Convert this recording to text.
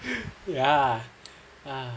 ya